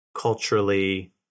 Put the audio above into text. culturally